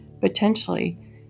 potentially